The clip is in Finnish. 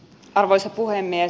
arvoisa puhemies